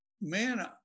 man